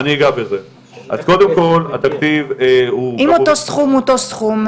אם זה אותו סכום,